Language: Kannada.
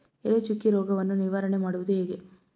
ಎಲೆ ಚುಕ್ಕಿ ರೋಗವನ್ನು ನಿವಾರಣೆ ಮಾಡುವುದು ಹೇಗೆ?